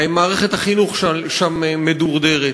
מערכת החינוך שם מדורדרת.